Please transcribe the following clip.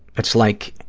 it's like,